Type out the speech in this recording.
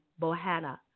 Bohanna